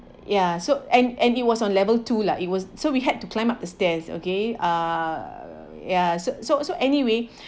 ya so and and it was on level two lah it was so we had to climb up the stairs okay uh ya so so so anyway